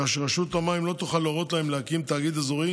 כך שרשות המים לא תוכל להורות להן להקים תאגיד אזורי